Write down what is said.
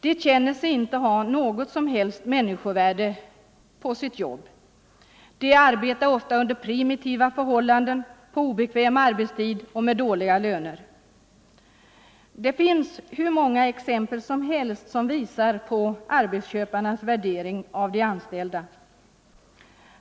De känner sig inte ha något som helst människovärde på sitt jobb. De arbetar ofta under primitiva förhållanden, på obekväm arbetstid och med dåliga löner. Det finns hur många exempel som helst som visar på arbetsköparnas värdering av de anställda.